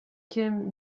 кем